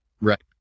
Right